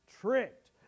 tricked